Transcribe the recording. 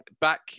back